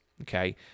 okay